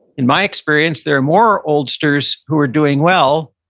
in my experience, there are more oldsters who are doing well,